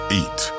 eat